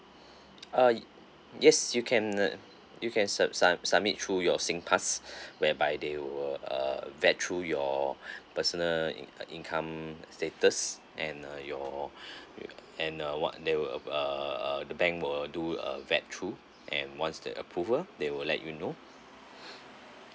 ah y~ yes you can uh you can sub~ sub~ submit through your singpass where by they will err vet through your personal in~ uh income status and uh your and uh what they will uh uh the bank will do a vet through and once the approval they will let you know